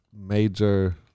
major